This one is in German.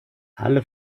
alle